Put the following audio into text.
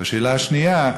והשאלה השנייה,